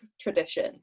tradition